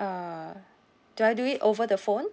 uh do I do it over the phone